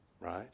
right